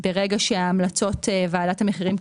ברגע שהמלצות ועדת המחירים,